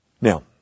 Now